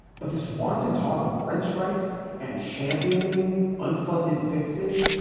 but this wanton talk of rent strikes and championing unfunded fixes.